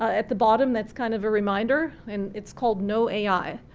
at the bottom, that's kind of a reminder and it's called, no ai,